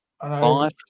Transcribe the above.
Five